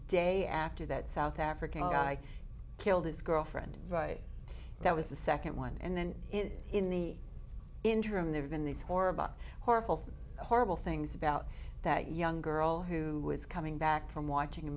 day after that south african guy killed his girlfriend right that was the second one and then in the interim there have been these horrible horrible horrible things about that young girl who was coming back from watching a